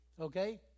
Okay